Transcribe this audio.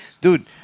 dude